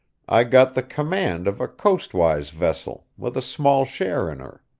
i got the command of a coastwise vessel, with a small share in her.